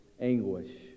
anguish